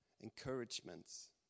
encouragements